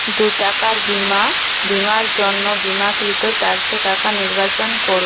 দু চাকার বিমা বিমার জন্য বিমাকৃত চারশো টাকা নির্বাচন করুন